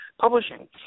Publishing